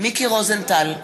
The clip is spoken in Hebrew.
מיקי רוזנטל,